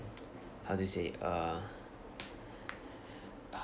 how do you say uh